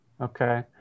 Okay